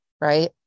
Right